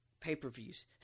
pay-per-views